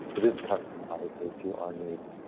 this custom, obviously to our needs.